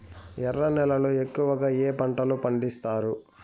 ఎర్ర నేలల్లో ఎక్కువగా ఏ పంటలు పండిస్తారు